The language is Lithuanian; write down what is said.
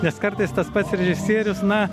nes kartais tas pats režisierius na